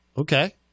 Okay